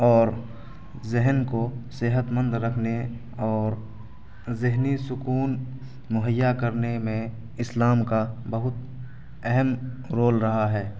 اور ذہن کو صحت مند رکھنے اور ذہنی سکون مہیا کرنے میں اسلام کا بہت اہم رول رہا ہے